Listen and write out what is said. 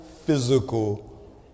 physical